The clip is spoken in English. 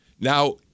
Now